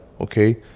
okay